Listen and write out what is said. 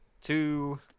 two